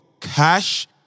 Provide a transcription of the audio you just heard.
Cash